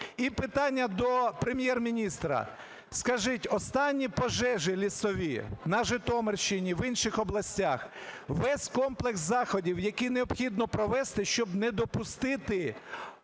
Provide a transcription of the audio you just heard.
І питання до Прем'єр-міністра. Скажіть, останні пожежі лісові на Житомирщині, в інших областях, весь комплекс заходів, який необхідно провести, щоб не допустити